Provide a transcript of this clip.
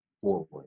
forward